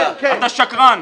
--- אתה שקרן.